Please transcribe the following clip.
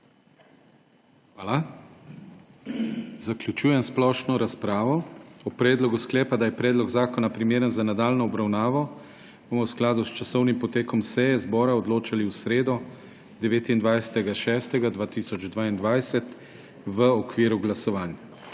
Hvala. S tem zaključujemo splošno razpravo. O predlogu sklepa, da je predlog zakona primeren za nadaljnjo obravnavo, bomo v skladu s časovnim potekom seje zbora odločali v sredo, 29. 6. 2022, v okviru glasovanj.